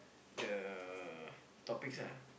the topics lah